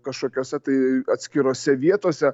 kažkokiose tai atskirose vietose